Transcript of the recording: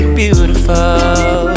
beautiful